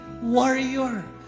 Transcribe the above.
warrior